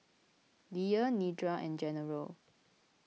Leah Nedra and General